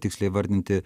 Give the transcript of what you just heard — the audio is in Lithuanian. tiksliai įvardinti